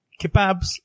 Kebabs